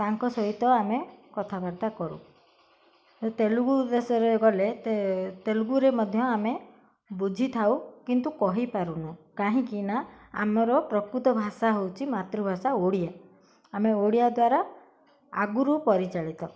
ତାଙ୍କ ସହିତ ଆମେ କଥାବାର୍ତ୍ତା କରୁ ତେଲୁଗୁ ଦେଶରେ ଗଲେ ତେଲୁଗୁରେ ମଧ୍ୟ ଆମେ ବୁଝିଥାଉ କିନ୍ତୁ କହିପାରୁନୁ କାହିଁକି ନା ଆମର ପ୍ରକୃତ ଭାଷା ହେଉଛି ମାତୃଭାଷା ଓଡ଼ିଆ ଆମେ ଓଡ଼ିଆ ଦ୍ୱାରା ଆଗୁରୁ ପରିଚାଳିତ